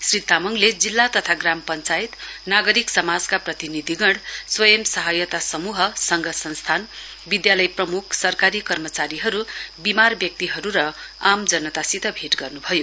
श्री तामङले जिल्ला तथा ग्राम पञ्चायत नागरिक समाजका प्रतिनिधिगण स्वयं सहायता समूह संघ संस्थान विद्यालय प्रमुख सरकारी कर्मचारीहरुविमार व्यक्तिहरु र आम जनतासित भेट गर्नुभयो